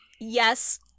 yes